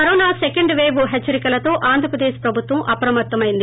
corona second wave హెచ్చరికలతో Andhra Pradesh ప్రభుత్వం అప్రమత్తమైంది